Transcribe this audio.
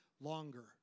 longer